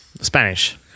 Spanish